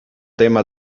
tema